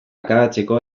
akabatzeko